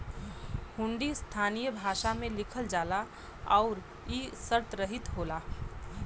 हुंडी स्थानीय भाषा में लिखल जाला आउर इ शर्तरहित होला